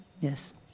Yes